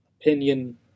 opinion